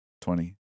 Twenty